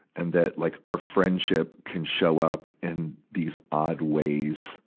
and that like our friendship can show up in these odd ways,